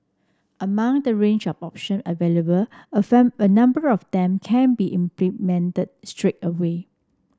among the range of option available a a number of them can be implemented straight away